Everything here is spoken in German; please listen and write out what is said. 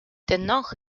dennoch